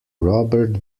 robert